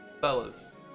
Fellas